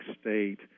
state